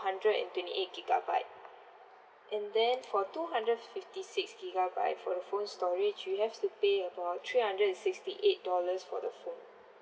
hundred and twenty eight gigabyte and then for two hundred fifty six gigabyte for the phone storage you have to pay about three hundred and sixty eight dollars for the phone